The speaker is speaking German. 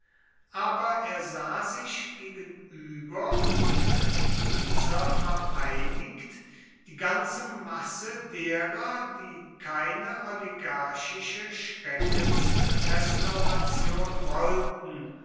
aber er sah sich gegenüber und mit dieser vereinigt die ganze masse derer die keine oligarchische schreckensrestauration wollten